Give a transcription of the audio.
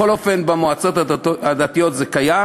בכל אופן, במועצות הדתיות זה קיים,